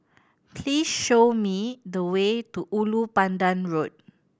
please show me the way to Ulu Pandan Road